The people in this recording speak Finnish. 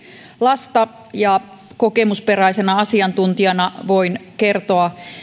lasta ja kokemusperäisenä asiantuntijana voin kertoa